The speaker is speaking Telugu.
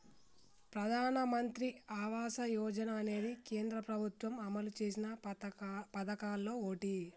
ప్రధానమంత్రి ఆవాస యోజన అనేది కేంద్ర ప్రభుత్వం అమలు చేసిన పదకాల్లో ఓటి